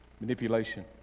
Manipulation